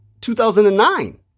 2009